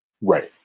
Right